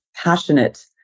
passionate